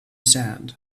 sand